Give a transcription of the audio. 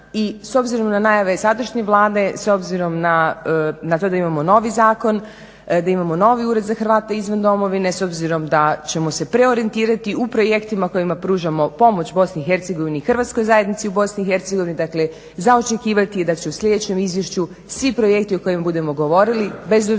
I s obzirom na najave sadašnje Vlade, s obzirom da imamo novi zakon, da imamo novi ured za Hrvate izvan domovine, s obzirom da ćemo se preorijentirati u projektima kojima pružamo pomoć BIH, hrvatskoj zajednici u BIH, dakle za očekivati je da će u sljedećem izvješću svi projekti o kojima budemo govorili bez obzira